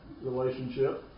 relationship